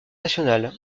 nationale